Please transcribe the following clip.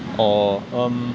orh um